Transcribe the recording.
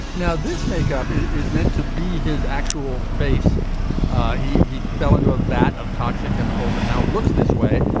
now this makeup is meant to be his actual face ah he he fell into a vat of toxic chemicals and now looks this way